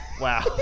Wow